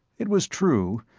it was true,